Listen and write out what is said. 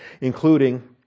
including